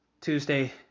Tuesday